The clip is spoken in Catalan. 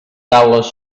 taules